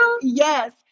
Yes